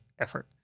effort